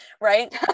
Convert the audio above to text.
right